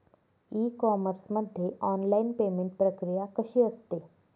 E commerce मध्ये online payment प्रक्रिया कशी असते?